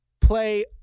play